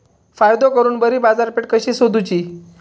फायदो करून बरी बाजारपेठ कशी सोदुची?